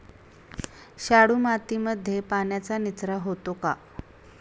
शाडू मातीमध्ये पाण्याचा निचरा होतो का?